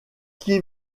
qui